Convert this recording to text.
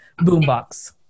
Boombox